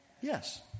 Yes